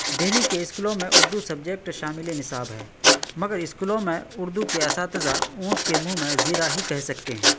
دہلی کے اسکولوں میں اردو سبجیکٹ شامل نصاب ہے مگر اسکولوں میں اردو کے اساتذہ اونٹ کے منہ میں زیرہ ہی کہہ سکتے ہیں